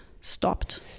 stopped